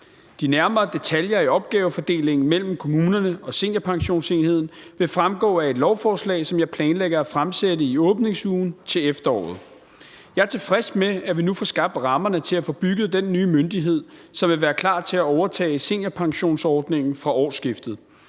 De nærmere detaljer i opgavefordelingen mellem kommunerne og Seniorpensionsenheden vil fremgå af et lovforslag, som jeg planlægger at fremsætte i åbningsugen til efteråret. Jeg er tilfreds med, at vi nu får skabt rammerne til at få bygget den nye myndighed, som vil være klar til at overtage seniorpensionsordningen fra årsskiftet,